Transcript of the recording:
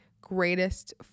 greatest